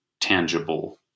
tangible